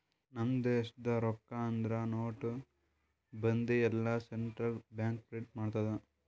ನಮ್ ದೇಶದು ರೊಕ್ಕಾ ಅಂದುರ್ ನೋಟ್, ಬಂದಿ ಎಲ್ಲಾ ಸೆಂಟ್ರಲ್ ಬ್ಯಾಂಕ್ ಪ್ರಿಂಟ್ ಮಾಡ್ತುದ್